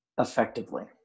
effectively